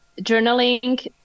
journaling